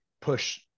push